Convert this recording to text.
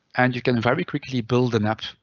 and you can very quickly build an app.